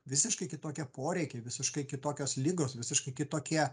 visiškai kitokie poreikiai visiškai kitokios ligos visiškai kitokie